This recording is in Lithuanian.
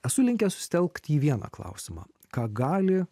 esu linkęs susitelkti į vieną klausimą ką gali